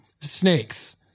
Snakes